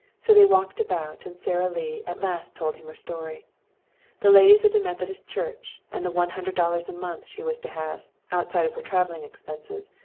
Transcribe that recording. so they walked about and sara lee at last told him her story the ladies of the methodist church, and the one hundred dollars a month she was to have, outside of her traveling expenses,